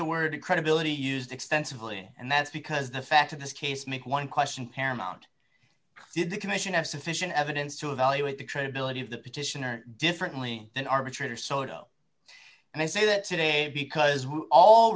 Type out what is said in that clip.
the word credibility used extensively and that's because the fact of this case make one question paramount did the commission have sufficient evidence to evaluate the credibility of the petitioner differently than arbitrator sotto and they say that today because all